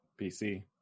PC